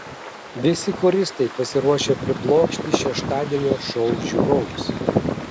visi choristai pasiruošę priblokšti šeštadienio šou žiūrovus